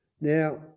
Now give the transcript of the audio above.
Now